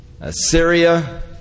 Assyria